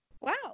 Wow